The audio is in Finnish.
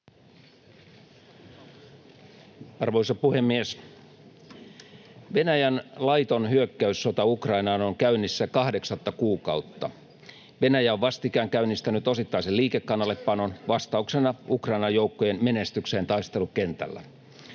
Arvoisa puhemies! Venäjän laiton hyökkäyssota Ukrainaan on käynnissä kahdeksatta kuukautta. Venäjä on vastikään käynnistänyt osittaisen liikekannallepanon vastauksena Ukrainan joukkojen menestykseen taistelukentällä.